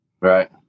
Right